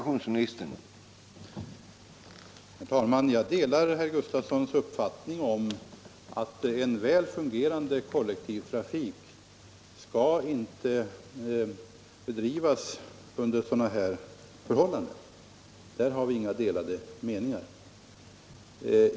Herr talman! Jag delar herr Sven Gustafsons i Göteborg uppfattning att en väl fungerande kollektivtrafik inte skall bedrivas under sådana här förhållanden. Där har vi alltså inga delade meningar.